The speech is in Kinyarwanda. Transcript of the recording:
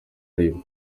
aribo